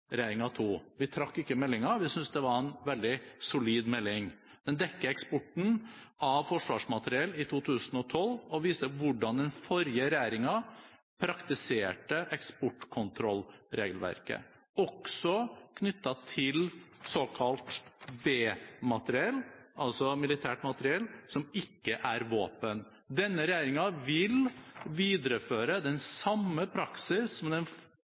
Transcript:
Vi trakk ikke meldingen. Vi syntes det var en veldig solid melding. Den dekker eksporten av forsvarsmateriell i 2012 og viser hvordan den forrige regjeringen praktiserte eksportkontrollregelverket, også knyttet til såkalt B-materiell, altså militært materiell som ikke er våpen. Denne regjeringen vil videreføre den samme praksis som den